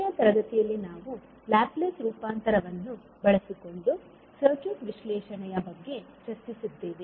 ಕೊನೆಯ ತರಗತಿಯಲ್ಲಿ ನಾವು ಲ್ಯಾಪ್ಲೇಸ್ ರೂಪಾಂತರವನ್ನು ಬಳಸಿಕೊಂಡು ಸರ್ಕ್ಯೂಟ್ ವಿಶ್ಲೇಷಣೆಯ ಬಗ್ಗೆ ಚರ್ಚಿಸಿದ್ದೇವೆ